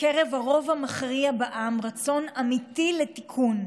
בקרב הרוב המכריע בעם רצון אמיתי לתיקון.